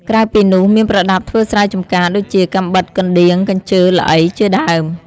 ក្រៅពីនោះមានប្រដាប់ធ្វើស្រែចម្ការ ដូចជា កាំបិត កណ្ដៀវ កញ្ជើ ល្អី ជាដើម។